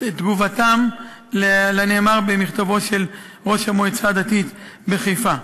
תגובתם לנאמר במכתבו של ראש המועצה הדתית בחיפה.